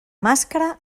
màscara